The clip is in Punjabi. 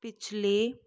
ਪਿਛਲੇ